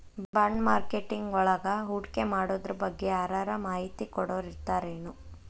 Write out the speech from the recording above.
ಬಾಂಡ್ಮಾರ್ಕೆಟಿಂಗ್ವಳಗ ಹೂಡ್ಕಿಮಾಡೊದ್ರಬಗ್ಗೆ ಯಾರರ ಮಾಹಿತಿ ಕೊಡೊರಿರ್ತಾರೆನು?